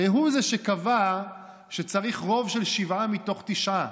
הרי הוא שקבע שצריך רוב של שבעה מתוך תשעה.